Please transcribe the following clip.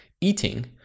eating